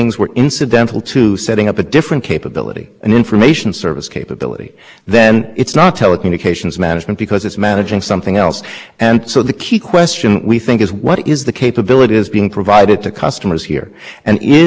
three interrelated parts of the statute that we think establish that it has to be read that way and one is the text of the statute which describes as we've discussed any service that provides the capability of retrieving or utilizing or making available information via telecommunications